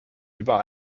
über